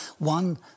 One